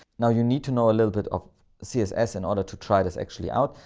now, you need to know a little bit of css in order to try this actually out.